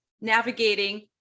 navigating